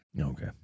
Okay